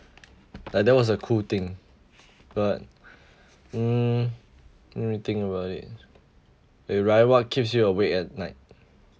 like that was a cool thing but mm let me think about it wait ryan what keeps you awake at night